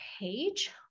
page